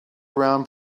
around